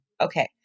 Okay